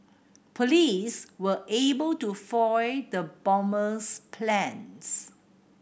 police were able to foil the bomber's plans